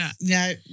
no